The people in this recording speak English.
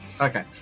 okay